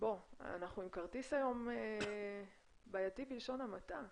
אנחנו היום עם כרטיס בעייתי בלשון המעטה.